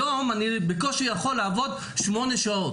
היום אני בקושי יכול לעבוד 8 שעות.